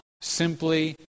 simply